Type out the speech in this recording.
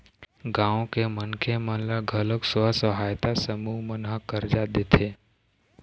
गाँव के मनखे मन ल घलोक स्व सहायता समूह मन ह करजा देथे